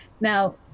now